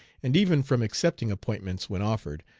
and even from accepting appointments when offered,